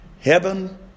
heaven